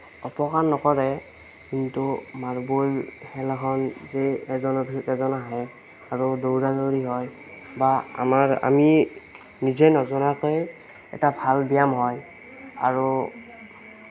অপকাৰ নকৰে কিন্তু মাৰ্বল খেলাখন যে এজনৰ পাছত এজন আহে আৰু দৌৰা দৌৰি হয় বা আমাৰ আমি নিজে নজনাকৈয়ে এটা ভাল ব্যায়াম হয় আৰু